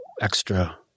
extra